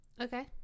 Okay